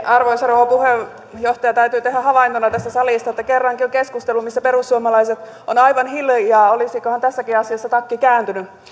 arvoisa rouva puheenjohtaja täytyy tehdä havaintona tästä salista että kerrankin on keskustelu missä perussuomalaiset ovat aivan hiljaa olisikohan tässäkin asiassa takki kääntynyt